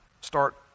start